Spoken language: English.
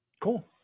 cool